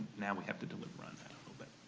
now we have to deliver on that a little bit.